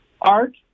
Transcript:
Art